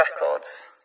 records